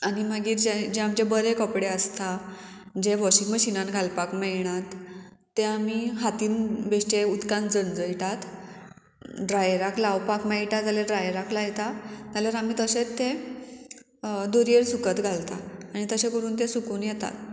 आनी मागीर जे जे आमचे बरे कपडे आसता जे वॉशिंग मशिनान घालपाक मेयणात ते आमी हातीन बेश्टे उदकान जनजयतात ड्रायराक लावपाक मेळटा जाल्यार ड्रायराक लायता जाल्यार आमी तशेंच ते दोरयेर सुकत घालता आनी तशें करून ते सुकून येतात